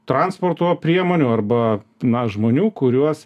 transporto priemonių arba na žmonių kuriuos